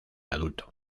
adulto